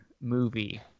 movie